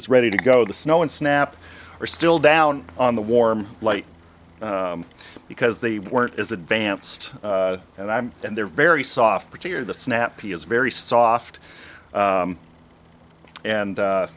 is ready to go the snow and snap are still down on the warm light because they weren't as advanced and i'm and they're very soft particular the snappy is very soft and